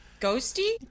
Ghosty